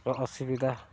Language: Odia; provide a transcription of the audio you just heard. ର ଅସୁବିଧା